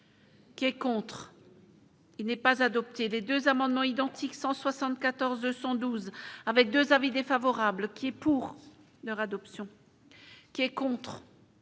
Qui est contre. Il n'est pas adopté les 2 amendements identiques 174 112 avec 2 avis défavorables qui est, pour leur adoption. Qui est contre.